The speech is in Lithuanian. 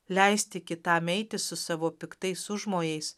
leisti kitam eiti su savo piktais užmojais